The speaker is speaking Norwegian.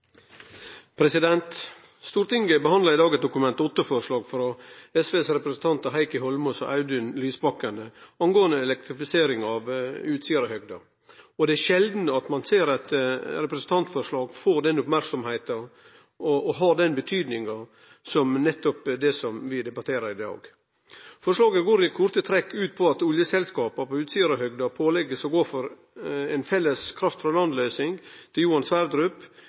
Stortinget behandlar i dag eit Dokument 8-forslag frå SVs representantar Heikki Eidsvoll Holmås og Audun Lysbakken om elektrifisering av Utsirahøgda. Det er sjeldan at ein ser at eit representantforslag får den merksemda og har den betydninga som nettopp det vi debatterer i dag. Forslaget går i korte trekk ut på at oljeselskapa på Utsirahøgda blir pålagde å gå for ei felles kraft frå land-løysing til Johan Sverdrup